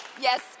Yes